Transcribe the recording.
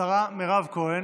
השרה מירב כהן,